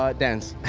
ah dance.